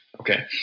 Okay